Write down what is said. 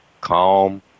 calm